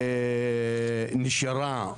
נשארה,